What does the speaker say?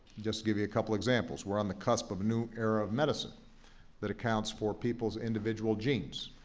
just give you a couple examples. we're on the cusp of a new era of medicine that accounts for people's individual genes.